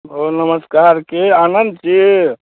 ओ नमस्कार केँ आनन्द जी